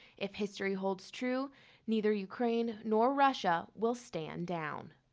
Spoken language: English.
if history holds true neither ukraine nor russia will stand down.